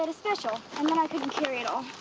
but special and then i couldn't carry it all.